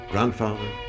Grandfather